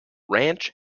ranch